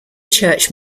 church